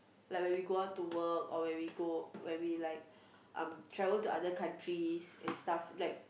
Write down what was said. like when we go out to work or when we go like we like um travel to other countries and stuff like